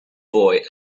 boy